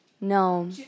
No